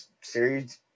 series